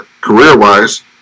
career-wise